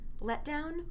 letdown